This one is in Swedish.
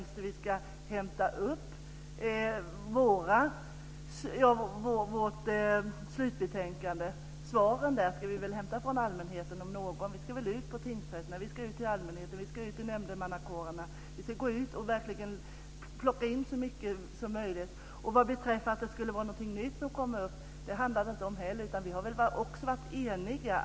Svaren i vårt slutbetänkande ska vi väl främst hämta från allmänheten. Vi ska ut på tingsrätterna. Vi ska ut till allmänheten. Vi ska ut i nämndemannakåren. Vi ska gå ut och verkligen plocka in så mycket som möjligt. Det handlar inte heller om att det kommer upp någonting nytt. Alla partier har varit eniga.